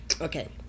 Okay